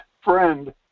friend